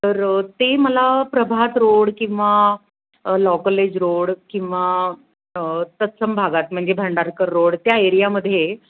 तर ते मला प्रभात रोड किंवा लॉ कॉलेज रोड किंवा तत्सम भागात म्हणजे भांडारकर रोड त्या एरियामध्ये